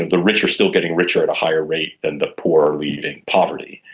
the rich are still getting richer at a higher rate than the poor are leaving poverty.